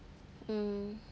mm